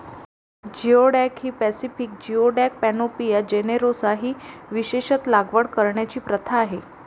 geoduck ही Pacific geoduck, Panopea generosa ही विशेषत लागवड करण्याची प्रथा आहे